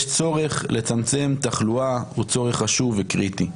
יש צורך לצמצם תחלואה, הוא צורך חשוב וקריטי.